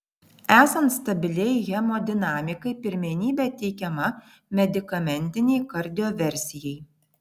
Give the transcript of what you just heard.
esant stabiliai hemodinamikai pirmenybė teikiama medikamentinei kardioversijai